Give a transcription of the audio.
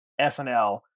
SNL